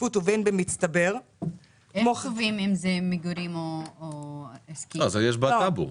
לקבוע את המקרים המיוחדים עליהם לא יחול התיקון.